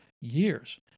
years